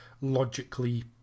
logically